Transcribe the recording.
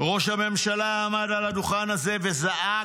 ראש הממשלה עמד על הדוכן וזעק: